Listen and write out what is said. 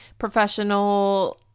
professional